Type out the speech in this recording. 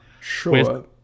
Sure